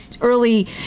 early